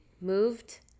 moved